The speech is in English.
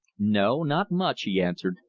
no, not much, he answered.